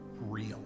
real